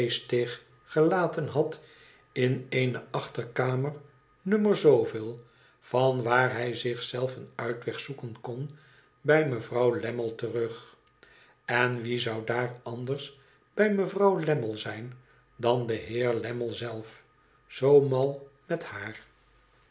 gelaten had in eene achterkamer n zooveel van waar hij zich zelf een uitweg zoeken kon bij mevrouw lammie terug n wie zou daar anders bij mevrouw lammie zijn dan de heer lammie zelf zoo mal met haar